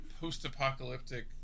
post-apocalyptic